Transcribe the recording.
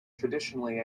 traditionally